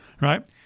Right